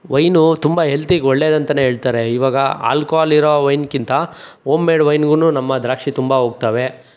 wine ತುಂಬ ಹೆಲ್ತಿಗೆ ಒಳ್ಳೆದಂತಾನೇ ಹೇಳ್ತಾರೆ ಈವಾಗ ಆಲ್ಕೋಹಾಲ್ ಇರೋ ವೈನ್ಗಿಂತ ಹೋಮ್ಮೇಡ್ ವೈನ್ಗು ನಮ್ಮ ದ್ರಾಕ್ಷಿ ತುಂಬ ಹೋಗ್ತವೆ